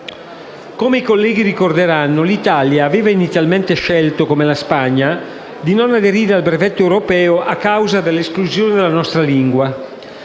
Come i colleghi ricorderanno, l'Italia aveva inizialmente scelto (come la Spagna) di non aderire al brevetto europeo a causa dell'esclusione della lingua